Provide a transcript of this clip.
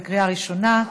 בקריאה ראשונה,